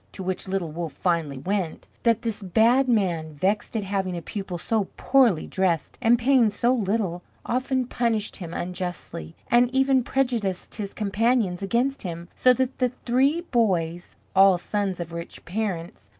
to which little wolff finally went, that this bad man, vexed at having a pupil so poorly dressed and paying so little, often punished him unjustly, and even prejudiced his companions against him, so that the three boys, all sons of rich parents,